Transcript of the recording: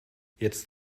jetzt